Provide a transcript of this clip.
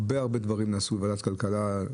הרבה דברים נעשו בוועדת כלכלה,